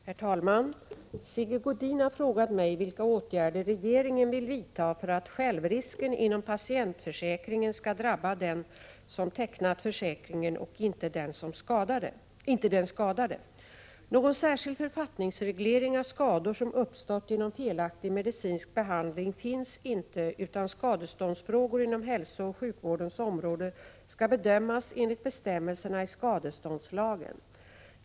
Herr talman! Sigge Godin har frågat mig vilka åtgärder regeringen vill vidta för att självrisken inom patientförsäkringen skall drabba den som tecknat försäkringen och inte den skadade. Någon särskild författningsreglering av skador som uppstått genom felaktig medicinsk behandling finns inte, utan skadeståndsfrågor inom hälsooch sjukvårdens område skall bedömas enligt bestämmelserna i skadeståndslagen.